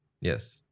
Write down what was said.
Yes